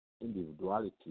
individuality